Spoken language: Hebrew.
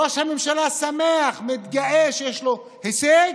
ראש הממשלה שמח, מתגאה שיש לו הישג,